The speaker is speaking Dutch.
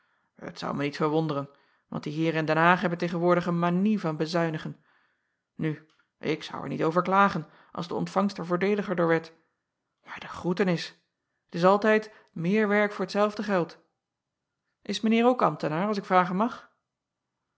t ou mij niet verwonderen want die eeren in den aag hebben tegenwoordig een manie van bezuinigen u ik zou er niet over klagen als de ontvangst er voordeeliger door werd maar de groetenis t s altijd meer werk voor t zelfde geld is mijn eer ook ambtenaar als ik vragen mag